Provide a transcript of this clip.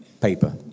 paper